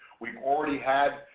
we've already had,